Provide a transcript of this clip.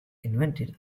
invented